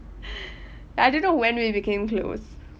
I didn't know when we became close